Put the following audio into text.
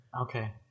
Okay